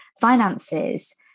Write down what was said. finances